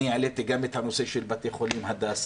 אני העליתי גם את הנושא של בית-החולים הדסה,